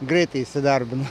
greitai įsidarbino